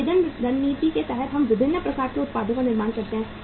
विभेदन रणनीति के तहत हम विभिन्न प्रकार के उत्पादों का निर्माण करते हैं